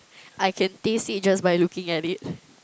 I can taste it just by looking at it